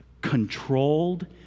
controlled